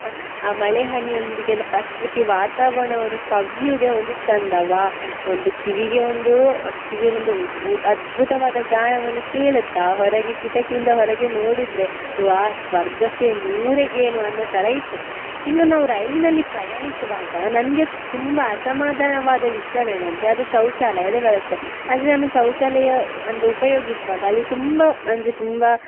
ಆ ಮಳೆ ಹನಿಯೊಂದಿಗೆ ನ ಪ್ರಕೃತಿ ವಾತಾವರಣವನ್ನು ಸವಿಯುವುದೆ ಒಂದು ಚಂದ ವಾಹ್ ಒಂದು ಕಿವಿಗೆ ಒಂದು ಕಿವಿಯಲ್ಲಿ ಒಂದು ಉದ್ ಅದ್ಬುತವಾದ ಗಾನವನ್ನು ಕೇಳುತ್ತಾ ಹೊರಗೆ ಕಿಟಕಿಯಿಂದ ಹೊರಗೆ ನೋಡಿದರೆ ವಾಹ್ ಸ್ವರ್ಗಕ್ಕೆ ಮೂರೇ ಗೇಣು ಅನ್ನೋ ಥರ ಇತ್ತು ಇನ್ನು ನಾವು ರೈಲಿನಲ್ಲಿ ಪ್ರಯಾಣಿಸುವಾಗ ನನಗೆ ತುಂಬ ಅಸಮಾಧಾನವಾದ ವಿಷಯವೇನಂದ್ರೆ ಅದು ಶೌಚಾಲಯದ ವ್ಯವಸ್ಥೆ ಅಂದರೆ ನಾನು ಶೌಚಾಲಯ ಅಂದರೆ ಉಪಯೋಗಿಸುವಾಗ ಅಲ್ಲಿ ತುಂಬ ಅಂದರೆ ತುಂಬ